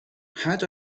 had